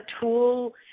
tool